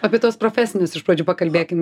apie tuos profesinius iš pradžių pakalbėkim